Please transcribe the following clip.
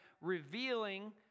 revealing